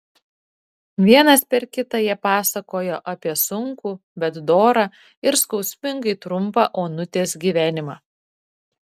vienas per kitą jie pasakojo apie sunkų bet dorą ir skausmingai trumpą onutės gyvenimą